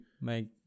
make